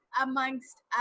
amongst